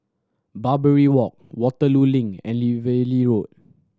Barbary Walk Waterloo Link and Valley Road